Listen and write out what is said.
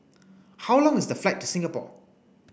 how long is the flight to Singapore